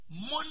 money